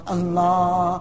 Allah